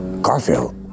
Garfield